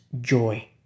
joy